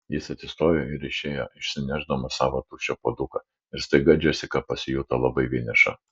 jis atsistojo ir išėjo išsinešdamas savo tuščią puoduką ir staiga džesika pasijuto labai vieniša